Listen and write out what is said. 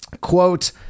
quote